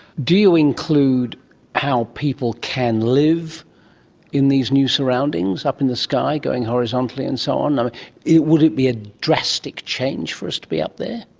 do you include how people can live in these new surroundings, up in the sky, going horizontally and so on? ah would it be a drastic change for us to be up there?